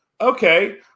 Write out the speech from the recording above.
okay